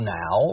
now